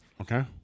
Okay